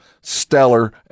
stellar